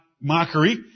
mockery